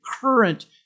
current